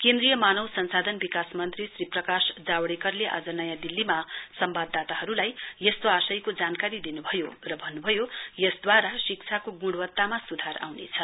केन्द्रीय मानव संसाधन विकास मन्त्री श्री प्रकाश जावडेकरले आज नयाँ दिल्लीमा सम्वाददाताहरुलाई यस्तो आशयको जानकारी दिन्भयो र भन्नुबयो यसद्वारा शिक्षाको गुणवतामा सुधार आउनेछ